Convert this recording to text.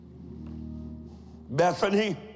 Bethany